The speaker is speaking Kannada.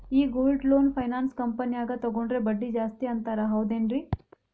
ಈ ಗೋಲ್ಡ್ ಲೋನ್ ಫೈನಾನ್ಸ್ ಕಂಪನ್ಯಾಗ ತಗೊಂಡ್ರೆ ಬಡ್ಡಿ ಜಾಸ್ತಿ ಅಂತಾರ ಹೌದೇನ್ರಿ?